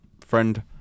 friend